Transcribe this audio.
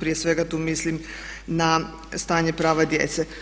prije svega tu mislim na stanje prava djece.